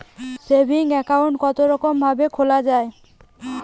Saving account কতরকম ভাবে খোলা য়ায়?